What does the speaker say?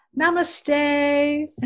Namaste